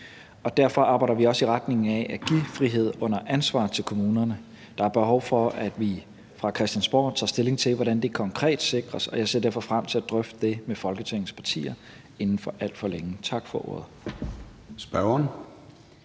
Derfor arbejder vi også i retning af at give frihed under ansvar til kommunerne. Der er behov for, at vi fra Christiansborg tager stilling til, hvordan det konkret sikres, og jeg ser derfor frem til at drøfte det med Folketingets partier inden alt for længe. Tak for ordet.